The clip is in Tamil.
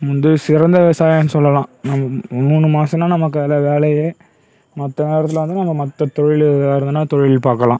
முந்திரி சிறந்த விவசாயம்னு சொல்லலாம் மூணு மாசம் தான் நமக்கு அதில் வேலையே மற்ற நேரத்தில் வந்து நம்ம மற்றத் தொழில் ஏதாவது இருந்ததுன்னா தொழில் பார்க்கலாம்